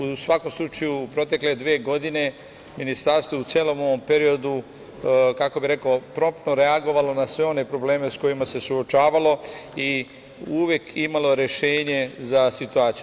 U svakom slučaju, protekle dve godine ministarstvo je u celom ovom periodu, kako bih rekao, promptno reagovalo na sve one probleme sa kojima se suočavalo i uvek imalo rešenje za situaciju.